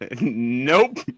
Nope